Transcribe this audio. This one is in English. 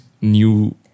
new